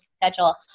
schedule